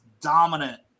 dominant